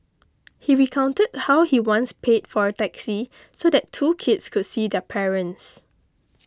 he recounted how he once paid for a taxi so that two kids could see their parents